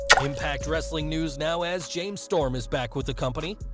impact wrestling news now, as james storm is back with the company.